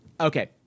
Okay